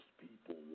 people